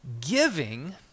Giving